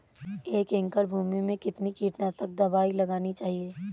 एक एकड़ भूमि में कितनी कीटनाशक दबाई लगानी चाहिए?